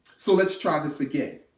so let's try this again.